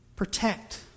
Protect